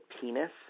penis